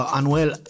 Anuel